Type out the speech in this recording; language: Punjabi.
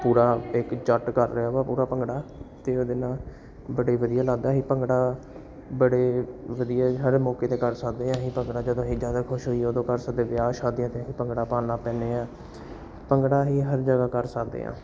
ਪੂਰਾ ਇੱਕ ਜੱਟ ਕਰ ਰਿਹਾ ਵਾ ਪੂਰਾ ਭੰਗੜਾ ਅਤੇ ਉਹਦੇ ਨਾਲ ਬੜੇ ਵਧੀਆ ਲੱਗਦਾ ਸੀ ਭੰਗੜਾ ਬੜੇ ਵਧੀਆ ਹਰ ਮੌਕੇ 'ਤੇ ਕਰ ਸਕਦੇ ਹਾਂ ਅਸੀਂ ਭੰਗੜਾ ਜਦੋਂ ਅਸੀਂ ਜ਼ਿਆਦਾ ਖੁਸ਼ ਹੋਈਏ ਉਦੋਂ ਕਰ ਸਕਦੇ ਵਿਆਹ ਸ਼ਾਦੀਆਂ 'ਤੇ ਅਸੀਂ ਭੰਗੜਾ ਪਾਉਣ ਲੱਗ ਪੈਂਦੇ ਹਾਂ ਭੰਗੜਾ ਅਸੀਂ ਹਰ ਜਗ੍ਹਾ ਕਰ ਸਕਦੇ ਹਾਂ